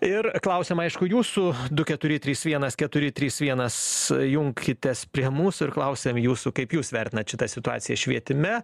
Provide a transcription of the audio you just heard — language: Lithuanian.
ir klausiam aišku jūsų du keturi trys vienas keturi trys vienas junkitės prie mūsų ir klausiam jūsų kaip jūs vertinat šitą situaciją švietime